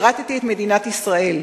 שירתי את מדינת ישראל,